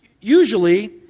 Usually